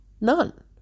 None